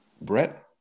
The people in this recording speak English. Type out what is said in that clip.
Brett